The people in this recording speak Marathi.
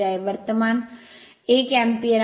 वर्तमान 1 एम्पियर आहेत